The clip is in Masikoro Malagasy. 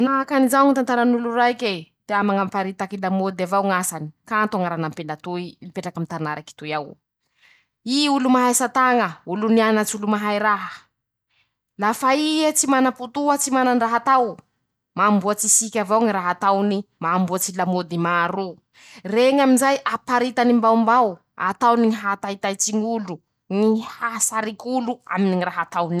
Manahaky anizao ñy tantaran'olo raiky e: -Tea mañaparitaky lamôdy avao ñ'asany. Kanto ñ'añarany ampela toy ,mipetraky aminy tanà raiky toy ao ;i olo mahay asa taña ,olo nianatsy olo mahay raha ,lafa ie tsy manam-potoa tsy manandraha atao ,mamboatsy siky avao ñy raha ataony ,mamboatsy lamôdy maro o ;reñy amizay ,aparitany mbaombao ,ataony ñy hahataitaitsy ñ'olo, ñy hahasarik'olo aminy ñy raha ataon'iñy.